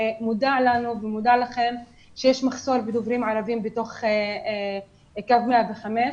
ויש מחסור בדוברי ערבית במוקד 105,